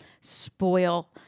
spoil